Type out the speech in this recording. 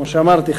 כמו שאמרתי,